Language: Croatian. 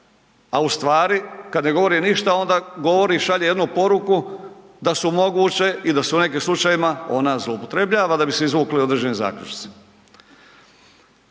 a u stvari kad ne govori ništa onda govori i šalje jednu poruku da su moguće i da su u nekim slučajevima ona zloupotrebljava da bi se izvukli određeni zaključci.